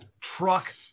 truck